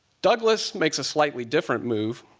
douglass makes a slightly different move.